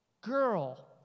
girl